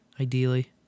Ideally